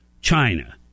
China